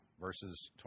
Verses